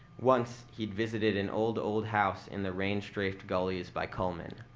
once, he'd visited an old, old house in the rain-strafed gullies by coleman.